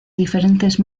diferentes